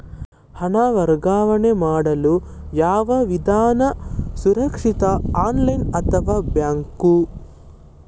ಹಣ ವರ್ಗಾವಣೆ ಮಾಡಲು ಯಾವ ವಿಧಾನ ಸುರಕ್ಷಿತ ಆನ್ಲೈನ್ ಅಥವಾ ಬ್ಯಾಂಕ್?